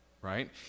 Right